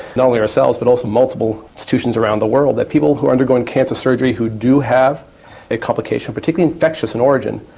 not only ourselves but also multiple institutions around the world, that people who are undergoing cancer surgery who do have a complication, particularly infectious in origin,